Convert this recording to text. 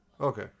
okay